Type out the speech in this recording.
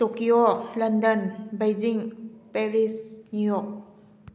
Tokyo London Beijing Paris New York